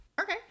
okay